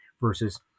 versus